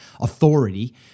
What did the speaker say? authority